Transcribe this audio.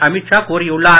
அமித் ஷா கூறியுள்ளார்